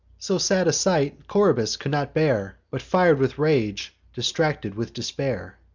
so sad a sight coroebus could not bear but, fir'd with rage, distracted with despair,